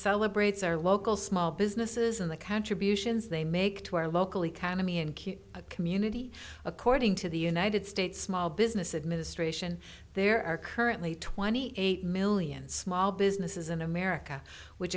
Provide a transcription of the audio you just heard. celebrates our local small businesses and the contributions they make to our local economy and community according to the united states small business administration there are currently twenty eight million small businesses in america which